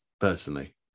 personally